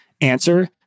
Answer